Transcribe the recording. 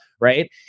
right